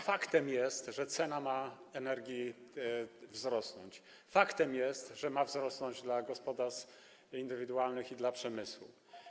Faktem jest, że cena energii ma wzrosnąć, faktem jest, że ma ona wzrosnąć dla gospodarstw indywidualnych i dla przemysłu.